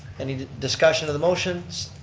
any discussion of the motions?